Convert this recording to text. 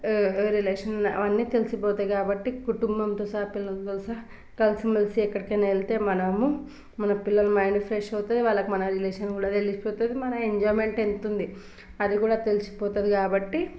relation అవన్నీ తెలిసిపోతాయి కాబట్టి కుటుంబంతో సహా పిల్లలతో సహా కలిసి మెలిసి ఎక్కడికైనా వెళ్తే మనము మన పిల్లల మైండ్ ఫ్రెష్ అవుతుంది వాళ్ళకి మన రిలేషన్ కూడా తెలిసిపోతుంది మన ఎంజాయ్మెంట్ ఎంతుంది అది కూడా తెలిసిపోతుంది కాబట్టి